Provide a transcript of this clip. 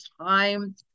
time